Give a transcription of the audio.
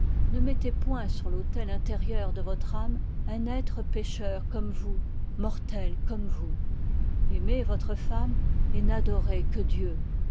ne mettez point sur l'autel intérieur de votre âme un être pécheur comme vous mortel comme vous aimez votre femme et n'adorez que dieu